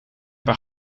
haar